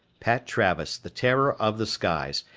pat travis, the terror of the skies,